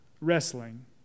wrestling